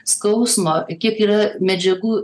skausmo kiek yra medžiagų